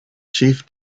chief